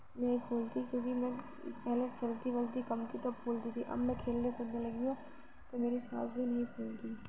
نہیں پھولتی کیونکہ میں پہلے چلتی ولتی کم تھی تب پھولتی تھی اب میں کھیلنے کودنے لگی ہوں تو میری سانس بھی نہیں پھولتی